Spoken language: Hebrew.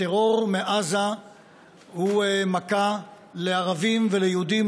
הטרור מעזה הוא מכה לערבים וליהודים,